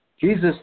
Jesus